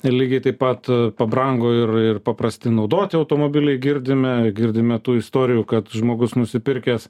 lygiai taip pat pabrango ir ir paprasti naudoti automobiliai girdime girdime tų istorijų kad žmogus nusipirkęs